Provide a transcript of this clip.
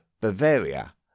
Bavaria